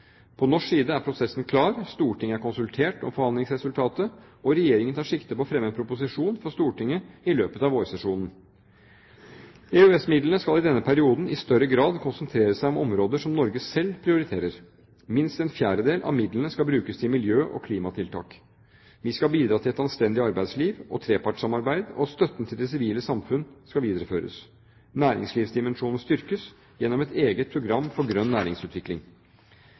På norsk side er prosessen klar: Stortinget er konsultert om forhandlingsresultatet, og Regjeringen tar sikte på å fremme en proposisjon for Stortinget i løpet av vårsesjonen. EØS-midlene skal i denne perioden i større grad konsentrere seg om områder som Norge selv prioriterer. Minst en fjerdedel av midlene skal brukes til miljø- og klimatiltak. Vi skal bidra til et anstendig arbeidsliv og trepartssamarbeid, og støtten til det sivile samfunn skal videreføres. Næringslivsdimensjonen styrkes gjennom et eget program for grønn næringsutvikling.